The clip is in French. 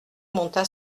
monta